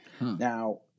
Now